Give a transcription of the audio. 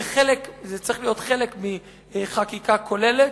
זה צריך להיות חלק מחקיקה כוללת,